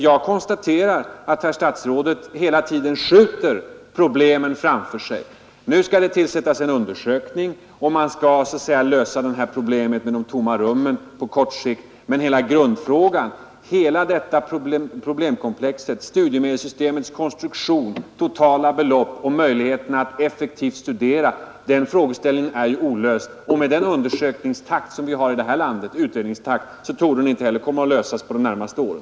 Jag konstaterar att herr statsrådet hela tiden skjuter problemen framför sig. Nu skall det göras en undersökning, och man skall lösa problemet med de tomma rummen på kort sikt. Men hela grundfrågan — studiemedelssystemets konstruktion, totala belopp och möjligheten att effektivt studera — det huvudproblemkomplexet är olöst. Med den utredningstakt vi har i detta land kommer den frågan troligen inte heller att lösas på de närmaste åren.